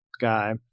guy